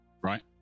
Right